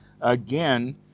again